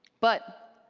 but,